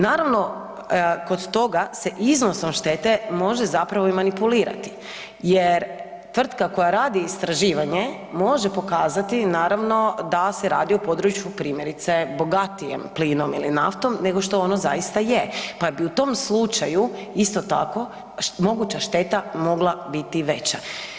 Naravno kod toga se iznosom štete može zapravo i manipulirati jer tvrtka koja radi istraživanje može pokazati naravno da se radi o području primjerice bogatijem plinom ili naftom nego što ono zaista je pa bi u tom slučaju isto tako moguća šteta mogla biti veća.